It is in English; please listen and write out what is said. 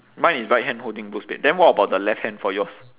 mine is right hand holding both spade then what about the left hand for yours